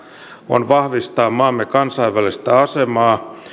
on vahvistaa maamme kansainvälistä asemaa